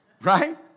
Right